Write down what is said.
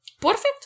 Perfect